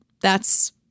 That's-